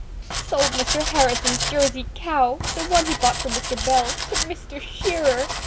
sold mr. harrison's jersey cow. the one he bought from mr. bell. to mr. shearer!